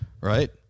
right